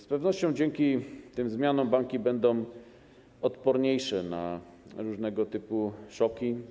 Z pewnością dzięki tym zmianom banki będą odporniejsze na różnego typu szoki.